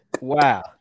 Wow